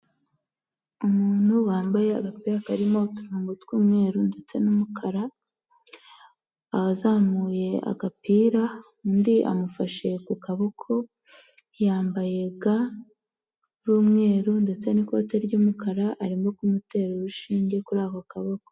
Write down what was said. Umuntu wambaye agapira karimo uturongo tw'umweru ndetse n'umukara, akaba azamuye agapira undi amufashe ku kaboko. Yambaye ga z'umweru ndetse n'ikote ry'umukara, arimo kumutera urushinge kuri ako kaboko.